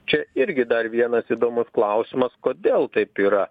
čia irgi dar vienas įdomus klausimas kodėl taip yra